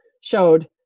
showed